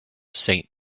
saint